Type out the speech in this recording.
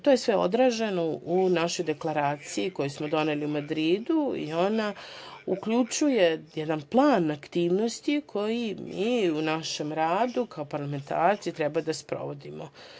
To je sve odraženo u našoj deklaraciji koju smo doneli u Madridu i ona uključuje jedan plan aktivnosti koji mi u našem radu kao parlamentarci treba da sprovodimo.